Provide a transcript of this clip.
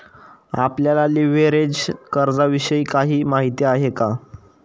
आपल्याला लिव्हरेज कर्जाविषयी काही माहिती आहे का?